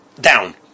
down